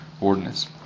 ordinance